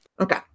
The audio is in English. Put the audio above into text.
Okay